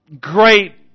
great